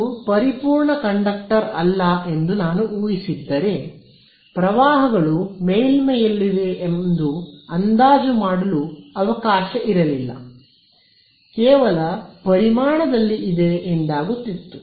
ಅದು ಪರಿಪೂರ್ಣ ಕಂಡಕ್ಟರ್ ಅಲ್ಲ ಎಂದು ನಾನು ಊಹಿಸಿದ್ದರೆ ಪ್ರವಾಹಗಳು ಮೇಲ್ಮೈಯಲ್ಲಿವೆ ಎಂದು ಅಂದಾಜು ಮಾಡಲು ಅವಕಾಶ ಇರಲಿಲ್ಲ ಕೇವಲ ಪರಿಮಾಣದಲ್ಲಿ ಇದೆ ಎಂದಾಗುತ್ತಿತ್ತು